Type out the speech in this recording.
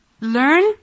Learn